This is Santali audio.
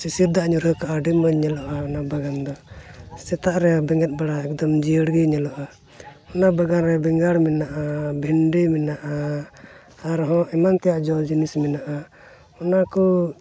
ᱥᱤᱥᱤᱨ ᱫᱟᱜ ᱧᱩᱨᱦᱟᱹ ᱠᱚᱜᱼᱟ ᱟᱹᱰᱤ ᱢᱚᱡᱽ ᱧᱮᱞᱚᱜᱼᱟ ᱚᱱᱟ ᱵᱟᱜᱟᱱ ᱫᱚ ᱥᱮᱛᱟᱜ ᱨᱮ ᱵᱮᱸᱜᱮᱫ ᱵᱟᱲᱟ ᱮᱠᱫᱚᱢ ᱡᱤᱭᱟᱹᱲ ᱜᱮ ᱧᱮᱞᱚᱜᱼᱟ ᱚᱱᱟ ᱵᱟᱜᱟᱱ ᱨᱮ ᱵᱮᱸᱜᱟᱲ ᱢᱮᱱᱟᱜᱼᱟ ᱵᱷᱤᱱᱰᱤ ᱢᱮᱱᱟᱜᱼᱟ ᱟᱨᱦᱚᱸ ᱮᱢᱟᱱ ᱛᱮᱭᱟᱜ ᱡᱚ ᱡᱤᱱᱤᱥ ᱢᱮᱱᱟᱜᱼᱟ ᱚᱱᱟ ᱠᱚ